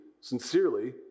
sincerely